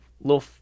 little